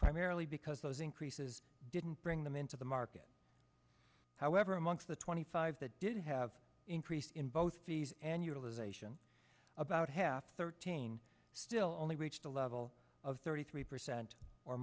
primarily because those increases didn't bring them into the market however amongst the twenty five that did have increased in both fees and utilization about half thirteen still only reached a level of thirty three percent or